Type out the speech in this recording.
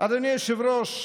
אדוני היושב-ראש,